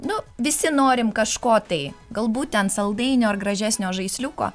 nu visi norim kažko tai galbūt ten saldainių ar gražesnio žaisliuko